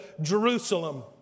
Jerusalem